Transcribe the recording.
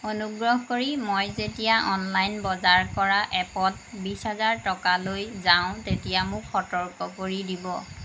অনুগ্ৰহ কৰি মই যেতিয়া অনলাইন বজাৰ কৰা এপত বিছ হাজাৰ টকালৈ যাওঁ তেতিয়া মোক সতৰ্ক কৰি দিব